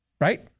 Right